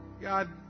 God